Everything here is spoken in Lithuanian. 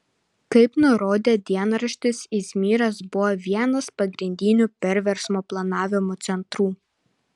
kaip nurodė dienraštis izmyras buvo vienas pagrindinių perversmo planavimo centrų